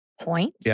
point